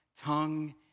tongue